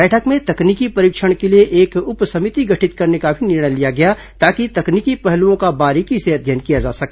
बैठक में तकनीकी परीक्षण के लिए एक उप समिति गठित करने का भी निर्णय लिया गया ताकि तकनीकी पहलुओं का बारीकी से अध्ययन किया जा सके